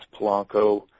Polanco